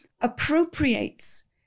appropriates